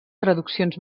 traduccions